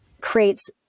creates